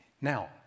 Now